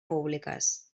públiques